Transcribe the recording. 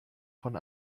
von